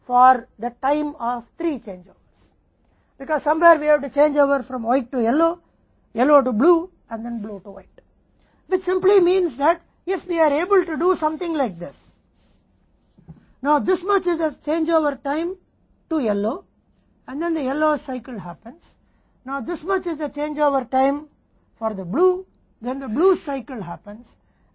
क्योंकि कहीं न कहीं हमें सफ़ेद से पीले पीले से नीले और फिर नीले से सफ़ेद रंग में बदलाव करना होगा जिसका सीधा सा मतलब है कि अगर हम कुछ ऐसा करने में सक्षम हैं तो इस बदलाव का समय पीला और फिर पीला है चक्र होता है अब यह नीले रंग का परिवर्तन समय है फिर नीला चक्र होता है